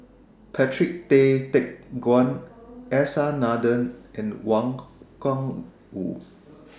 Patrick Tay Teck Guan S R Nathan and Wang Gungwu